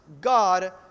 God